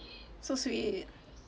so sweet